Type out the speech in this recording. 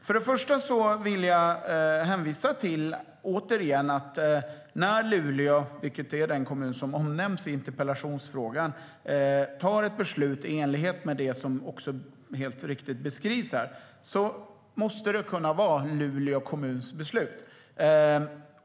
Först och främst vill jag återigen hänvisa till att när Luleå - som är den kommun som omnämns i interpellationen - fattar ett beslut i enlighet med det som helt riktigt beskrivs här måste det kunna vara Luleå kommuns beslut.